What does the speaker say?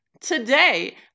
today